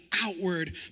outward